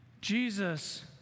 Jesus